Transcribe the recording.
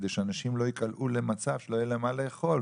כדי שאנשים לא ייקלעו למצב שלא יהיה להם מה לאכול,